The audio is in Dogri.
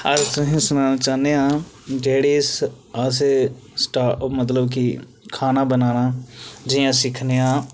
अस तुसेंगी सनाना चाहन्ने आं खाना बनाना जि'यां सिक्खने आं